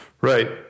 Right